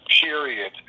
period